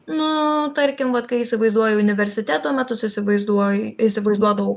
nu tarkim vat kai įsivaizduoji universiteto metus įsivaizduoji įsivaizduodavau